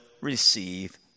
receive